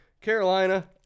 carolina